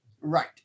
Right